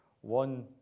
One